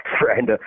friend